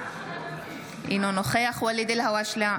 אינו נוכח ואליד אלהואשלה,